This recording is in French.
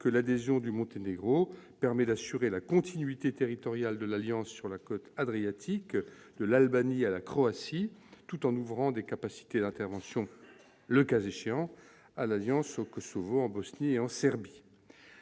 que l'adhésion du Monténégro permettrait d'assurer la continuité territoriale de l'Alliance sur la côte Adriatique, de l'Albanie à la Croatie, tout en ouvrant des capacités d'intervention pour l'Alliance au Kosovo, en Bosnie et en Serbie.